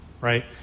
right